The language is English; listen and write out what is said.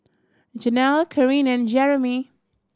Jenelle Karyn and Jeremey